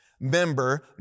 member